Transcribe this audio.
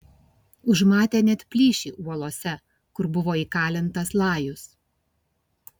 užmatė net plyšį uolose kur buvo įkalintas lajus